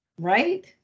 Right